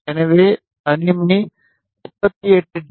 எனவே தனிமை 48 டி